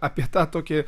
apie tą tokį